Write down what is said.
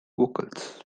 vocals